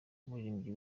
umuririmbyi